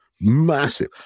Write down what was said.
Massive